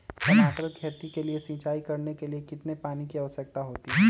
टमाटर की खेती के लिए सिंचाई करने के लिए कितने पानी की आवश्यकता होती है?